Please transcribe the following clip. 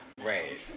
Right